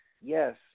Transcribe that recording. yes